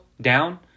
down